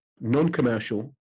non-commercial